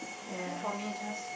I think for me just